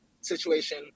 situation